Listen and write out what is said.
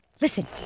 Listen